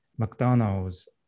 McDonald's